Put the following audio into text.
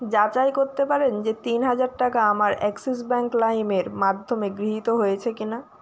যাচাই করতে পারেন যে তিন হাজার টাকা আমার অ্যাক্সিস ব্যাংক লাইম এর মাধ্যমে গৃহীত হয়েছে কিনা